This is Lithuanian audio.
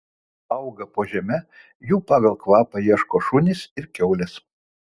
auga po žeme jų pagal kvapą ieško šunys ir kiaulės